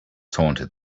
taunted